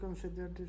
consider